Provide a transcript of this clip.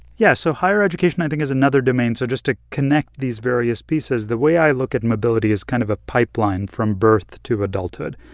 yeah. so higher education, i think, is another domain. so just to connect these various pieces, the way i look at mobility is kind of a pipeline from birth to adulthood.